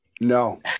No